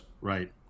Right